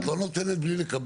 את לא נותנת בלי לקבל.